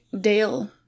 Dale